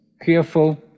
careful